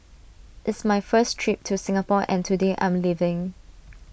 it's my first trip to Singapore and today I'm leaving